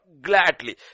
gladly